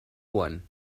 one